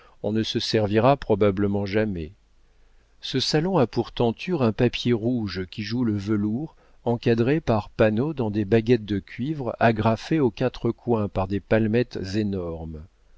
on ne se servira probablement jamais ce salon a pour tenture un papier rouge qui joue le velours encadré par panneaux dans des baguettes de cuivre agrafées aux quatre coins par des palmettes énormes